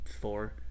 four